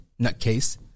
nutcase